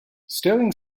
stirling